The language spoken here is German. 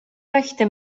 möchte